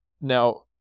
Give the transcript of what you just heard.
Now